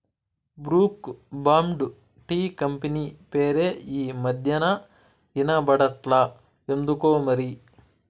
Brooke Bond tea company పేరే ఈ మధ్యనా ఇన బడట్లా ఎందుకోమరి